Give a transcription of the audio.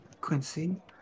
Quincy